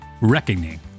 reckoning